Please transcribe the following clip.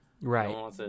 Right